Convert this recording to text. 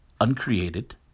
uncreated